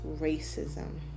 racism